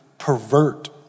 pervert